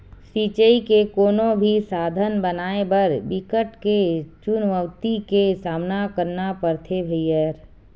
सिचई के कोनो भी साधन बनाए बर बिकट के चुनउती के सामना करना परथे भइर